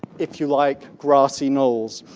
if you like grassy knolls.